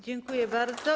Dziękuję bardzo.